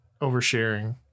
oversharing